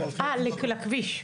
אה, לכביש.